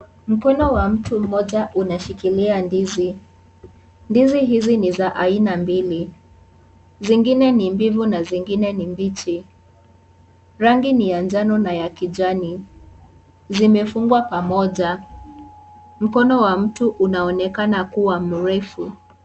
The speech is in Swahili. Mkono wa mtu mmoja unashikilia ndizi. Ndizi. Ndizi hizi ni za aina mbili, zingine ni mbivu na zingine ni mbichi, rangi ni ya njano na ya kijani, zimefungwa pamoja. Mkono wa mtu unaonekana kuwa mrefu.